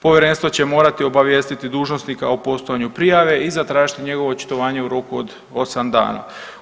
Povjerenstvo će morati obavijestiti dužnosnika o postojanju prijave i zatražiti njegovo očitovanje u roku od 8 dana.